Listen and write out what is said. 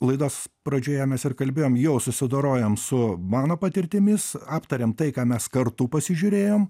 laidos pradžioje mes ir kalbėjom jau susidorojom su mano patirtimis aptarėm tai ką mes kartu pasižiūrėjom